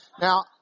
Now